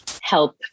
help